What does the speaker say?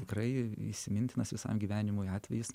tikrai įsimintinas visam gyvenimui atvejis